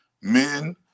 Men